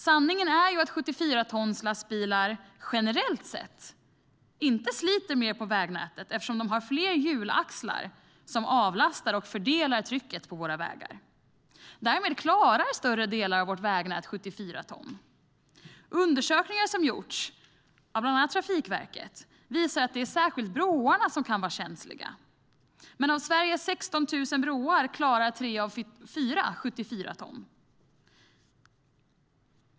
Sanningen är att 74-tonslastbilar generellt sett inte sliter mer på vägnätet eftersom de har fler hjulaxlar som avlastar och fördelar trycket på våra vägar. Därmed klarar större delen av vårt vägnät 74 ton. Undersökningar som gjorts av bland annat Trafikverket visar att det är särskilt broarna som kan vara känsliga. Men av Sveriges 16 000 broar klarar tre av fyra 74 ton.